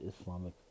Islamic